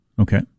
Okay